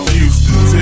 Houston